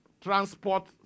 transport